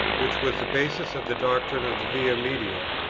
which was the basis of the doctrine of the via media,